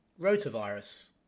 rotavirus